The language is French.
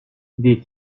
des